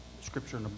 Scripture